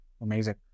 Amazing